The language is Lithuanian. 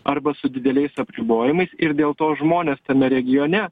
arba su dideliais apribojimais ir dėl to žmonės tame regione